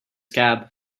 cab